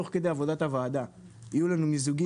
תוך כדי עבודת הוועדה יהיו לנו מיזוגים